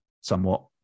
somewhat